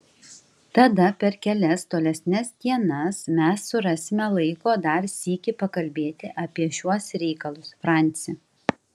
tada per kelias tolesnes dienas mes surasime laiko dar sykį pakalbėti apie šiuos reikalus franci